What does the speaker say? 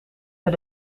met